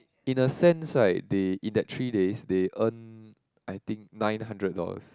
in a sense right they in that three days they earn I think nine hundred dollars